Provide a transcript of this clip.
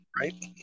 right